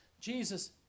Jesus